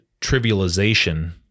trivialization